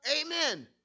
Amen